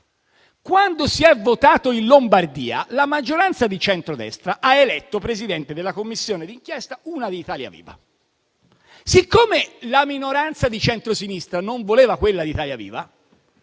Quando si è votato in Lombardia, la maggioranza di centrodestra ha eletto presidente della Commissione d'inchiesta una di Italia Viva. Siccome la minoranza di centrosinistra non voleva un rappresentante di Italia Viva,